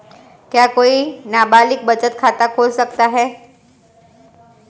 क्या कोई नाबालिग बचत खाता खोल सकता है?